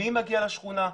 מי מגיע לשכונה?